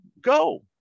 go